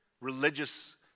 religious